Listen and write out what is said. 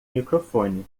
microfone